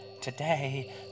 today